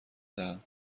دهم